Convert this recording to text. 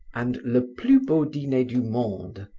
and le plus beau diner du monde,